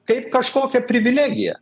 kaip kažkokią privilegiją